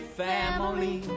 family